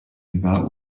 about